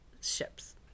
ships